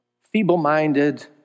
feeble-minded